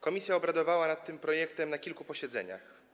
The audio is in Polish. Komisja obradowała nad tym projektem na kilku posiedzeniach.